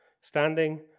Standing